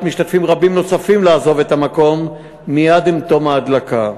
משתתפים רבים נוספים לעזוב את המקום מייד עם תום ההדלקה,